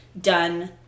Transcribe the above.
done